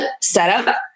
setup